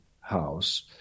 house